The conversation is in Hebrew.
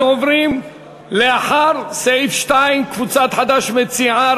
אנחנו עוברים לאחרי סעיף 2. קבוצת חד"ש מציעה,